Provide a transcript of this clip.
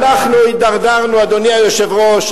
אנחנו הידרדרנו, אדוני היושב-ראש.